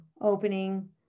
opening